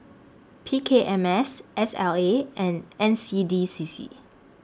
P K M S S L A and N C D C C